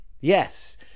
Yes